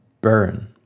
burn